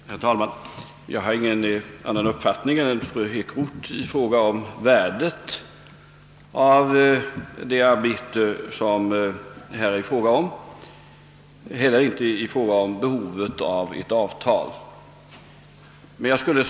Herr talman! Jag har ingen annan uppfattning än fru Ekroth rörande värdet av det arbete det här gäller och inte heller om behovet av ett avtal på området.